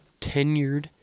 tenured